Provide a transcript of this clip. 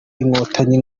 inkotanyi